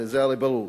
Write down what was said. זה הרי ברור.